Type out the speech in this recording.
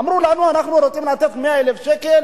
אמרו לנו, אנחנו רוצים לתת 100,000 שקל